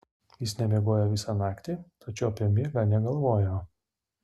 jis nemiegojo visą naktį tačiau apie miegą negalvojo